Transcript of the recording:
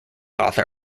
author